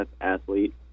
athlete